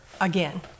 again